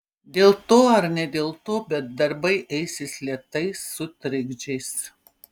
dėl to ar ne dėl to bet darbai eisis lėtai su trikdžiais